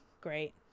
Great